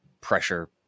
pressure